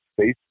Facebook